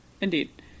Indeed